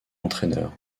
entraîneur